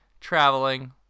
traveling